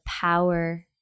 power –